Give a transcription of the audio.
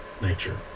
nature